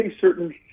certain